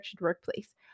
workplace